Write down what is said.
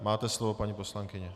Máte slovo, paní poslankyně.